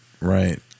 Right